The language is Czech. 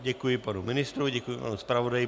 Děkuji panu ministrovi, děkuji panu zpravodaji.